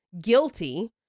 Guilty